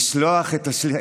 אם אתה מצטט את השר,